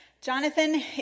Jonathan